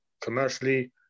commercially